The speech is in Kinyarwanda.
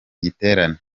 giterane